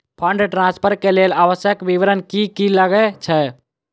Fund transfer केँ लेल आवश्यक विवरण की की लागै छै?